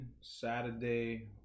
Saturday